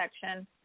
section